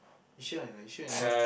you sure or not you sure you never